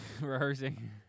Rehearsing